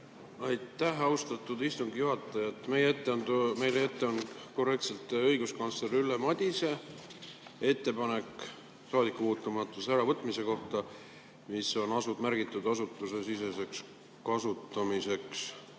Aitäh, austatud istungi juhataja! Meie ette on korrektselt toodud õiguskantsler Ülle Madise ettepanek saadikupuutumatuse äravõtmise kohta, mis on märgitud asutusesiseseks kasutamiseks